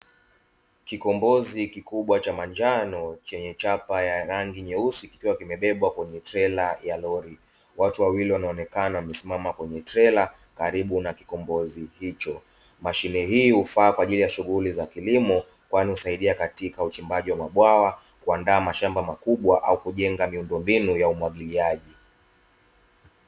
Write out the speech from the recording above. Kikombozi kikubwa cha manjano chenye chapa ya rangi nyeusi ikiwa kimebebwa kwenye trera la lori, watu wawili wanaonekana wamesimama kwenye trela karibu na kikombozi hicho mashine hii hufaa kwa ajili ya shughuli za kilimo kwani husaidia katika uchimbaji wa mabwawa kuandaa mashamba makubwa au kujenga miundombinu ya umwagiliaji.